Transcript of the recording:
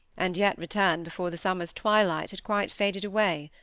and yet return before the summer's twilight had quite faded away.